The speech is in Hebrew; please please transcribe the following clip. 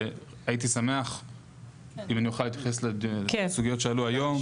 והייתי שמח אם אני אוכל להתייחס לסוגיות שעלו היום.